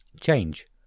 change